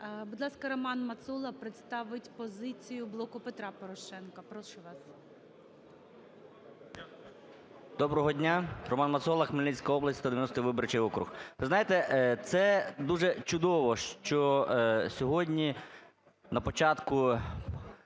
Будь ласка, РоманМацола представить позицію "Блоку Петра Порошенка". Прошу вас. 13:33:02 МАЦОЛА Р.М. Доброго дня! РоманМацола, Хмельницька область, 190 виборчий округ. Ви знаєте, це дуже чудово, що сьогодні на початку